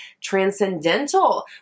transcendental